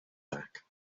back